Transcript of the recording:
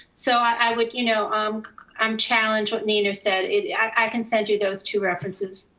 so i would, you know um i'm challenged what nina said it. i can send you those two references.